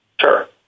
Sure